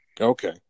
Okay